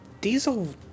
Diesel